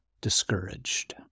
discouraged